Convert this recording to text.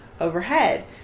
overhead